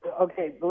Okay